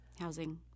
Housing